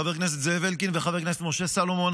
חבר הכנסת זאב אלקין וחבר הכנסת משה סולומון,